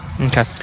Okay